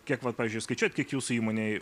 kiek vat pavyzdžiui skaičiuojat kiek jūsų įmonei